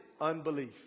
unbelief